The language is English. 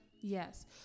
Yes